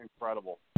Incredible